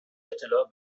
اطلاع